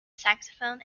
saxophone